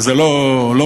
וזה לא מקרה,